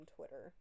Twitter